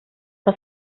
was